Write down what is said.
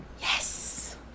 Yes